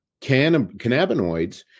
cannabinoids